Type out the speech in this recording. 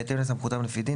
בהתאם לסמכותם לפי דין,